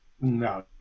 No